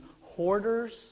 hoarders